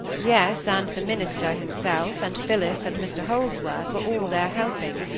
yes, and the minister himself, and phillis, and mr holdsworth, were all there helping.